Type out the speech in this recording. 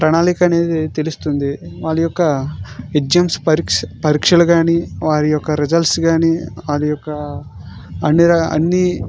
ప్రణాళిక అనేది తెలుస్తుంది వాళ్ళ యొక్క ఎగ్జామ్స్ పరీక్ష్ పరీక్షలు కానీ వారి యొక్క రిజల్ట్స్ కానీ వారి యొక్క అన్ని ర అన్ని